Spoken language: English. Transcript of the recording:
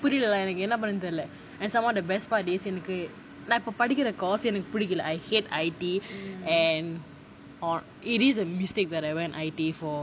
எனக்கு என்ன பண்றதுனு தெரில:ennaku enna pandrathunu terila and some more the best part is எனக்கு நான் இப்போ படிக்கிற:ennaku naan ippo padikira course எனக்கு பிடிக்கல:ennaku pidikala I hate I_T and it is a mistake that I went I_T for